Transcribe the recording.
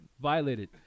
Violated